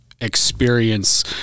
experience